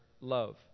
love